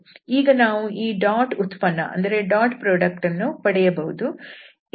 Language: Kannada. ಈಗ ನಾವು ಈ ಡಾಟ್ ಉತ್ಪನ್ನ ವನ್ನು ಪಡೆಯಬಹುದು